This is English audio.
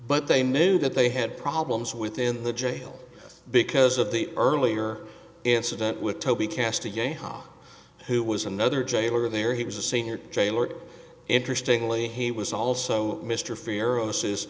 but they knew that they had problems within the jail because of the earlier incident with toby castigate ha who was another jailer there he was a senior trailer interestingly he was also mr farrow says